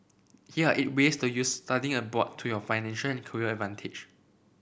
here are eight ways to use studying abroad to your financial and career advantage